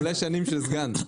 מלא שנים של סגן.